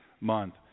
month